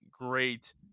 great